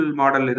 model